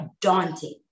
daunting